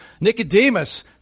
Nicodemus